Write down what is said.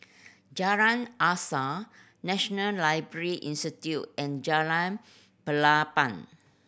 Jalan Asas National Library Institute and Jalan Pelepah